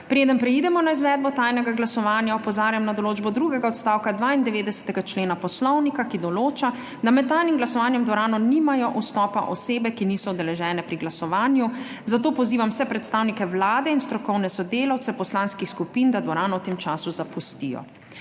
Preden preidemo na izvedbo tajnega glasovanja, opozarjam na določbo drugega odstavka 92. člena Poslovnika, ki določa, da med tajnim glasovanjem v dvorano nimajo vstopa osebe, ki niso udeležene pri glasovanju. Zato pozivam vse predstavnike Vlade in strokovne sodelavce poslanskih skupin, da dvorano v tem času zapustijo.